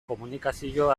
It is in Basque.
komunikazio